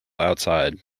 outside